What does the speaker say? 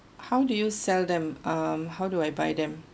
how do you sell them um how do I buy them